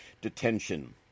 detention